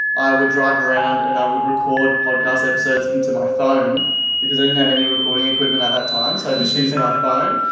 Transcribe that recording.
i would drive around and i would record podcast episodes into my phone because i didn't have any recording equipment at that time. so i just use and my phone.